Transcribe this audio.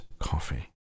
coffee